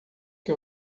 que